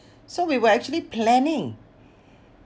so we were actually planning